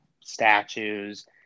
statues